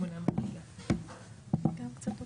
קצת אופטימית,